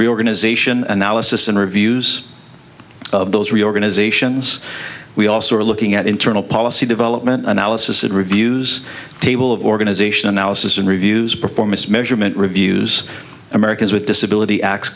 reorganization analysis interviews of those three organizations we also are looking at internal policy development analysis and reviews table of organization analysis and reviews performance measurement reviews americans with disability